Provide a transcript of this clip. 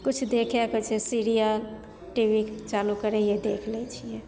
किछु देखए सबसे सीरियल टीबिके चालु करै हियै देखि लै छियै